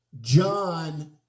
John